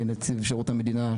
נציב שירות המדינה,